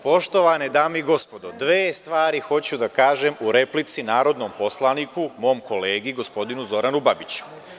Poštovane dame i gospodo, dve stvari hoću da kažem u replici narodnom poslaniku, mom kolegi gospodinu Zoranu Babiću.